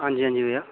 हां जी हां जी भैया